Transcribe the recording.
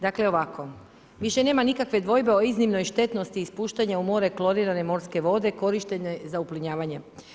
Dakle ovako, više nema nikakve dvojbe o iznimnoj štetnosti ispuštanja u more klorirane morske vode korištenje za uplinjavanje.